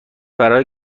برای